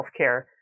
healthcare